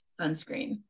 sunscreen